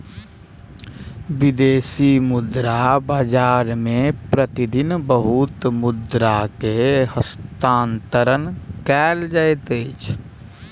विदेशी मुद्रा बाजार मे प्रति दिन बहुत मुद्रा के हस्तांतरण कयल जाइत अछि